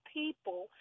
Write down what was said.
people